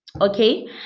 Okay